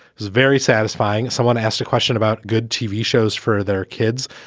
it's very satisfying. someone asked a question about good tv shows for their kids.